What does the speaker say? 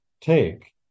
take